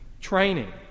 training